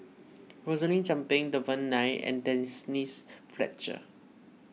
Rosaline Chan Pang Devan Nair and Denise Fletcher